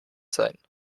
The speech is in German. sein